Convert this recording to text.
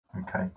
Okay